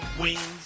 wings